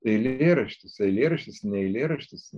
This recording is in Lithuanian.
eilėraštis eilėraštis ne eilėraštis